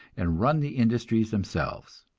and run the industries themselves.